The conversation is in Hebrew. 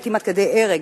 לפעמים עד כדי הרג,